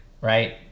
right